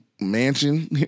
mansion